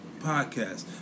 podcast